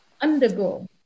undergo